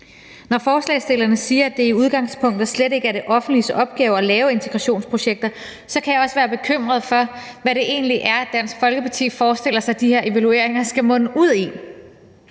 når forslagsstillerne siger, at det i udgangspunktet slet ikke er det offentliges opgave at lave integrationsprojekter, kan jeg også være bekymret for, hvad det egentlig er, Dansk Folkeparti forestiller sig at de her evalueringer skal munde ud i.